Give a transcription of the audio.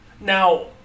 Now